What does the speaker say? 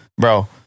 bro